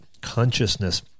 consciousness